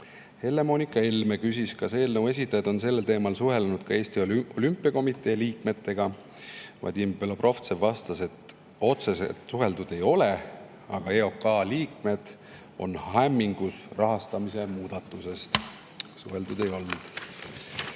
Helle-Moonika Helme küsis, kas eelnõu esitajad on sellel teemal suhelnud ka Eesti Olümpiakomitee liikmetega. Vadim Belobrovtsev vastas, et otseselt suheldud ei ole, aga EOK liikmed on rahastamise muudatusest hämmingus. Suheldud ei ole.